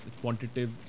quantitative